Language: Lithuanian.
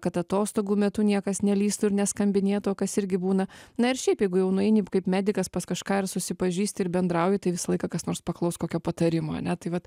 kad atostogų metu niekas nelįstų ir neskambinėtų kas irgi būna na ir šiaip jeigu jau nueini kaip medikas pas kažką ir susipažįsti ir bendrauji tai visą laiką kas nors paklaus kokio patarimo ane tai vat